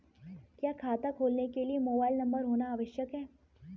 क्या खाता खोलने के लिए मोबाइल नंबर होना आवश्यक है?